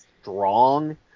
strong